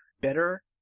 better